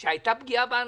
ברור שהייתה פגיעה באנשים.